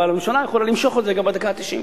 אבל הממשלה יכולה למשוך את זה גם בדקה התשעים.